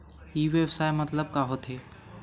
ई व्यवसाय मतलब का होथे?